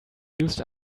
used